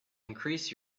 increase